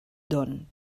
don